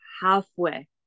halfway